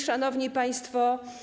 Szanowni Państwo!